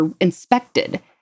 inspected